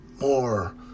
more